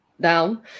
down